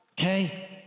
okay